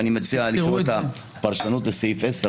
ואני מציע לקרוא את הפרשנות לסעיף 10,